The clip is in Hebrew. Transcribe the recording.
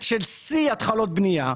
שיא התחלות בנייה,